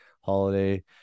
holiday